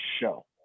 show